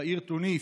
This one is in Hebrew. בעיר תוניס,